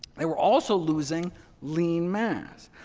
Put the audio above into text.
they were also losing lean mass.